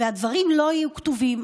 והדברים לא יהיו כתובים.